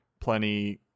Plenty